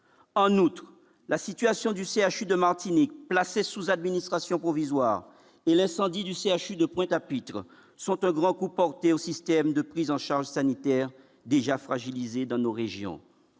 en outre, la situation du CHU de Martinique, placée sous administration provisoire et l'incendie du CHU de Pointe-à-Pitre, sont un grand coup porté au système de prise en charge sanitaire déjà fragilisé dans nos régions,